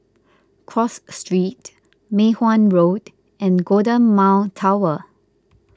Cross Street Mei Hwan Road and Golden Mile Tower